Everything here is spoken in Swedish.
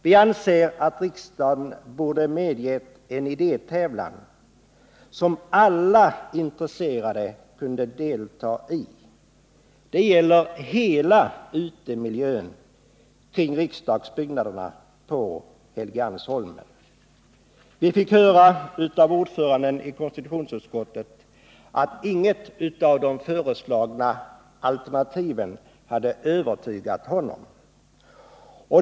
Vi anser att riksdagen borde medge en idétävlan som alla intresserade kunde delta i. Det gäller hela utemiljön kring riksdagsbyggnaderna på Helgeandsholmen. Vi fick höra av ordföranden i konstitutionsutskottet att inget av de föreslagna alternativen hade övertygat honom.